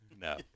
No